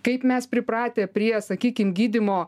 kaip mes pripratę prie sakykim gydymo